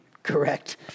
Correct